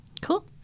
cool